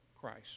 Christ